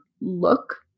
look